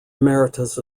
emeritus